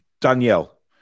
Danielle